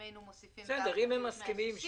אם היינו מוסיפים, זה היה הופך ל-160 ימים.